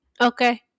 Okay